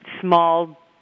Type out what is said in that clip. small